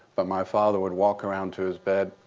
but my father would walk around to his bed,